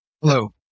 Hello